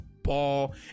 Ball